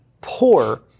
poor